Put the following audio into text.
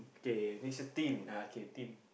K next a team uh okay team